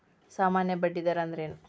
ಸಾಮಾನ್ಯ ಬಡ್ಡಿ ದರ ಅಂದ್ರೇನ?